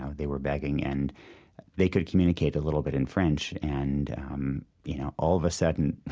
ah they were begging and they could communicate a little bit in french. and um you know, all of a sudden,